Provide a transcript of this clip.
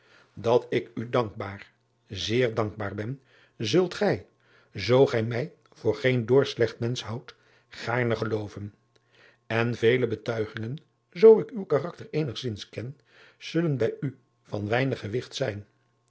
at ik u dankbaar zeer dankbaar ben zult gij zoo gij mij voor geen doorslecht mensch houdt gaarne gelooven n vele betuigingen zoo ik uw karakter eenigzins ken zullen bij u van weinig gewigt zijn